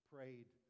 prayed